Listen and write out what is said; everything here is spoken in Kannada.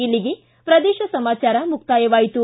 ಇಲ್ಲಿಗೆ ಪ್ರದೇಶ ಸಮಾಚಾರ ಮುಕ್ತಾಯವಾಯಿತು